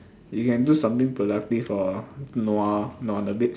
you can do something productive or nua nua on the bed